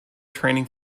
training